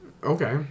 Okay